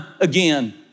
again